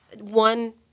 One